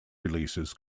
releases